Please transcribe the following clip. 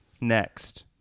Next